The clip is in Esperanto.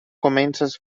komencas